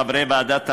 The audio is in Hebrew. לחברי ועדת החינוך,